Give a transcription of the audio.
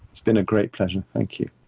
it's been a great pleasure. thank you.